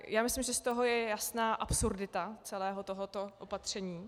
Já myslím, že z toho je jasná absurdita celého tohoto opatření.